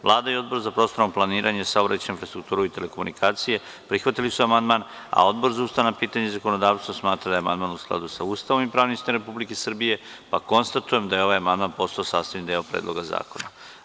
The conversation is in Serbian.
Vlada i Odbor za prostorno planiranje, saobraćaj, infrastrukturu i telekomunikacije prihvatili su amandman, a Odbor za ustavna pitanja i zakonodavstvo smatra da je amandman u skladu sa Ustavom i pravnim sistemom Republike Srbije, pa konstatujem da je ovaj amandman postao sastavni deo Predloga zakona.